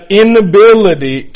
inability